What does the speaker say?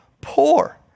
poor